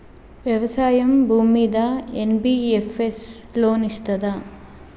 వ్యవసాయం భూమ్మీద NBFS loan ఇస్తదా?